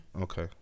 Okay